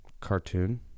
Cartoon